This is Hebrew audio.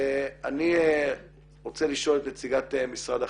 אני רוצה לשאול את נציגת משרד החינוך,